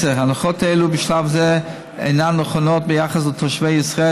הנחות אלו בשלב זה אינן נכונות ביחס לתושבי ישראל,